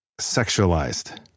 sexualized